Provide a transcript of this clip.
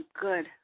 good